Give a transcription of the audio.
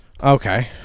okay